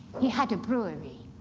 he had a brewery,